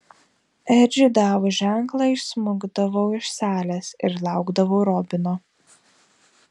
edžiui davus ženklą išsmukdavau iš salės ir laukdavau robino